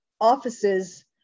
offices